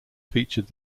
featured